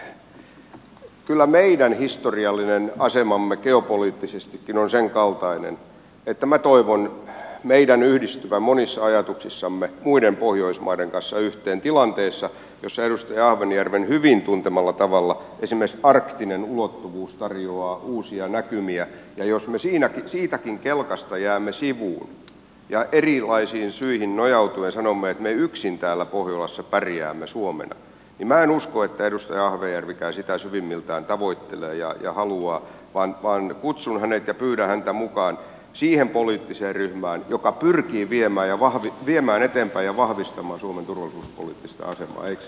mutta kyllä meidän historiallinen asemamme geopoliittisestikin on senkaltainen että minä toivon meidän yhdistyvän monissa ajatuksissamme muiden pohjoismaiden kanssa yhteen tilanteessa jossa edustaja ahvenjärven hyvin tuntemalla tavalla esimerkiksi arktinen ulottuvuus tarjoaa uusia näkymiä ja jos me siitäkin kelkasta jäämme sivuun ja erilaisiin syihin nojautuen sanomme että me yksin täällä pohjolassa pärjäämme suomena niin minä en usko että edustaja ahvenjärvikään sitä syvimmiltään tavoittelee ja haluaa vaan kutsun hänet ja pyydän häntä mukaan siihen poliittiseen ryhmään joka pyrkii viemään eteenpäin ja vahvistamaan suomen turvallisuuspoliittista asemaa